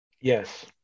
yes